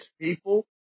people